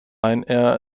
ryanair